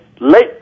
late